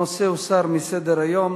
הנושא הוסר מסדר-היום.